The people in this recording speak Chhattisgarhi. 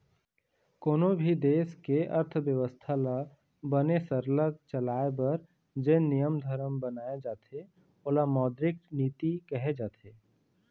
कोनों भी देश के अर्थबेवस्था ल बने सरलग चलाए बर जेन नियम धरम बनाए जाथे ओला मौद्रिक नीति कहे जाथे